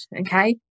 okay